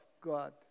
God